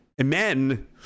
Amen